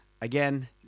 Again